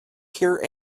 here